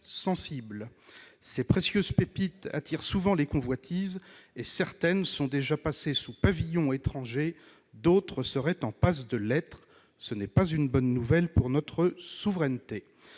sensibles. Ces précieuses pépites attirent souvent les convoitises. Certaines sont déjà passées sous pavillon étranger ; d'autres seraient en passe de l'être. Ce n'est pas une bonne nouvelle pour notre souveraineté